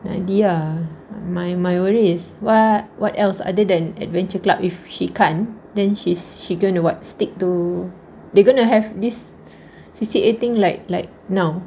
nadia my my worry is what what else other than adventure club if she can't then she is she gonna what stick to they're gonna have this C_C_A thing like like now